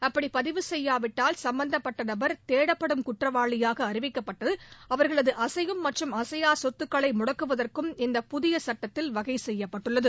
அப்படி பதிவு செய்யாவிட்டால் சம்பந்தப்பட்ட நபர் தேடப்படும் குற்றவாளியாக அறிவிக்கப்பட்டு அவர்களது அசையும் மற்றும் அசையா சொத்துக்களை முடக்குவதற்கும் இந்த புதிய சட்டத்தில் வகை செய்யப்பட்டுள்ளது